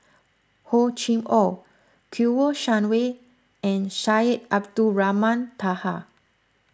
Hor Chim or Kouo Shang Wei and Syed Abdulrahman Taha